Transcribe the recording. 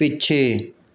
ਪਿੱਛੇ